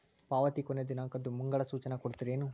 ಪಾವತಿ ಕೊನೆ ದಿನಾಂಕದ್ದು ಮುಂಗಡ ಸೂಚನಾ ಕೊಡ್ತೇರೇನು?